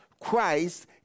Christ